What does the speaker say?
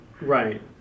right